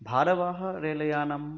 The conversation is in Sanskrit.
भारवाहः रेलयानम्